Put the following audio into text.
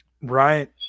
Right